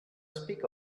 speak